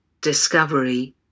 discovery